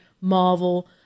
Marvel